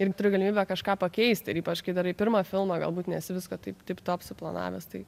ir turi galimybę kažką pakeisti ir ypač kai darai pirmą filmą galbūt nesi viską taip tip top suplanavęs tai